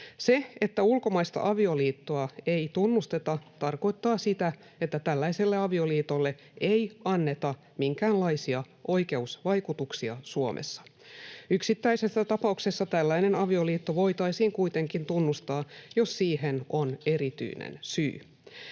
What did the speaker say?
Se, että ulkomaista avioliittoa ei tunnusteta, tarkoittaa sitä, että tällaiselle avioliitolle ei anneta minkäänlaisia oikeusvaikutuksia Suomessa. Yksittäisessä tapauksessa tällainen avioliitto voitaisiin kuitenkin tunnustaa, jos siihen on erityinen syy.